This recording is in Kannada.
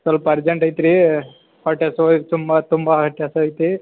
ಸ್ವಲ್ಪ ಅರ್ಜೆಂಟ್ ಐತ್ರೀ ಹೊಟ್ಟೆ ಹಸಿವಾಗ್ ತುಂಬ ತುಂಬ ಹೊಟ್ಟೆ ಹಸಿವಾಗ್ತಿ